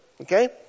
okay